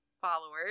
followers